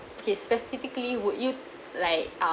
okay specifically would you like uh